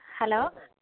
hello